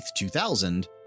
2000